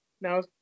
now